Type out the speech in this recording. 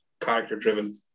character-driven